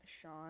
Sean